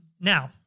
Now